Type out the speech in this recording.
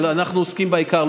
אבל אנחנו עוסקים בעיקר,